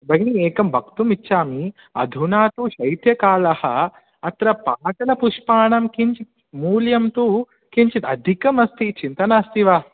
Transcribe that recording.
भगिनी एकं वक्तुम् इच्छामि अधुना तु शैत्यकालः अत्र पाटलपुष्पाणां किञ्चित् मूल्यन्तु किञ्चित् अधिकम् अस्ति चिन्तानास्ति वा